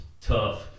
tough